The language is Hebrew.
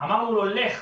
אמרנו לו: לך,